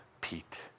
Pete